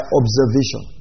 observation